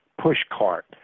pushcart